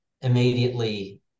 immediately